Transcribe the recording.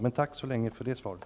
Tack för det här svaret så länge.